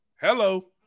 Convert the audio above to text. Hello